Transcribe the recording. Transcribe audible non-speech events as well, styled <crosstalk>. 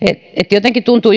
jotenkin tuntuu <unintelligible>